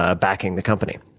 ah backing the company.